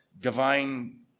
divine